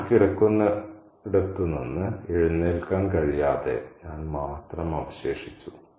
ഞാൻ കിടക്കുന്നിടത്തുനിന്ന് എഴുന്നേൽക്കാൻ കഴിയാതെ ഞാൻ മാത്രം അവശേഷിച്ചു